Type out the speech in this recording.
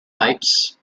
types